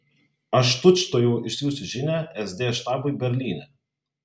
aš tučtuojau išsiųsiu žinią sd štabui berlyne